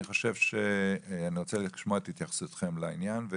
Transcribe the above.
אני רוצה לשמוע את התייחסותכם לעניין.